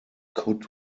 could